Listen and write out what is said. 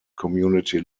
community